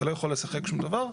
אתה לא יכול לשחק שום דבר.